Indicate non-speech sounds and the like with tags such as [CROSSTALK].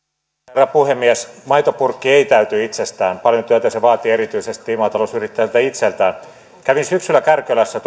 herra puhemies maitopurkki ei täyty itsestään paljon työtä se vaatii erityisesti maatalousyrittäjältä itseltään kävin syksyllä kärkölässä [UNINTELLIGIBLE]